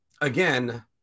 again